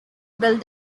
built